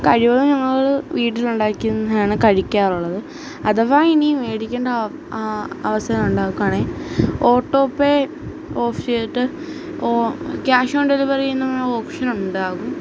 കഴിവതും ഞങ്ങൾ വീട്ടിലുണ്ടാക്കുന്നതാണ് കഴിക്കാറുള്ളത് അഥവാ ഇനി മേടിക്കേണ്ട അവസരം ഉണ്ടാക്കുകയാണെങ്കിൽ ഒട്ടോ പേ ഓഫ് ചെയ്തിട്ട് ഓഹ് ക്യാഷ് ഓണ് ഡെലിവറി എന്ന് പറയുന്ന ഓപ്ഷന് ഉണ്ടാകും